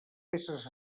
peces